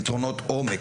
או פתרונות עומק,